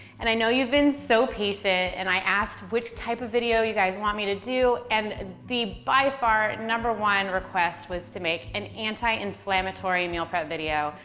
and i know you've been so patient, and i asked which type of video you guys want me to do, and the by far number one request was to make an anti-inflammatory meal prep video.